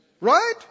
Right